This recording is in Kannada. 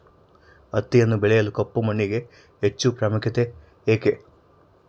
ಹತ್ತಿಯನ್ನು ಬೆಳೆಯಲು ಕಪ್ಪು ಮಣ್ಣಿಗೆ ಹೆಚ್ಚು ಪ್ರಾಮುಖ್ಯತೆ ಏಕೆ?